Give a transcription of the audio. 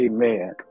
Amen